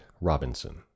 robinson